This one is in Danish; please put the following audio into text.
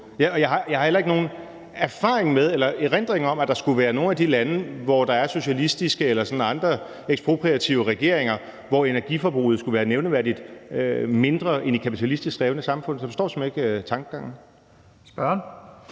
Jeg har heller ikke nogen erfaring med eller erindring om, at der i nogle af de lande, hvor der er socialistiske eller andre ekspropriative regeringer, hvor energiforbruget skulle være nævneværdig mindre end i kapitalistisk drevne samfund. Så jeg forstår simpelt hen ikke tankegangen. Kl.